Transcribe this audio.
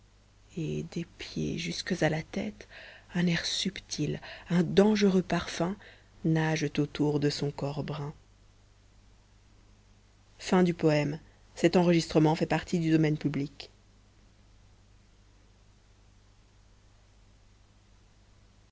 et des pieds jusques à la tête un air subtil un dangereux parfum nagent autour de son corps brun